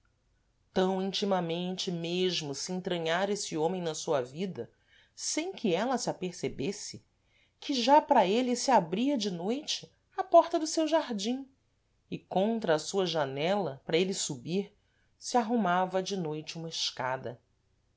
tam íntimamente mesmo se entranhara êsse homem na sua vida sem que ela se apercebesse que já para êle se abria de noite a porta do seu jardim e contra a sua janela para êle subir se arrumava de noite uma escada